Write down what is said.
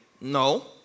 No